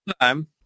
time